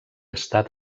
estat